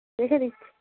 রেখে দিচ্ছি